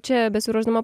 čia besiruošdama